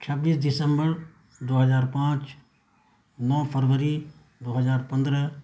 چھبیس دسمبر دو ہزار پانچ نو فروری دو ہزار پندرہ